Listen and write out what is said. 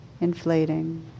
inflating